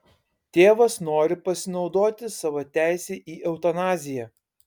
tėvas nori pasinaudoti savo teise į eutanaziją